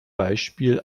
beispiel